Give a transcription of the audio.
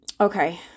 okay